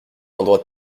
endroit